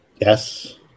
Yes